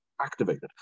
activated